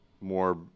more